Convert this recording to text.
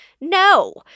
No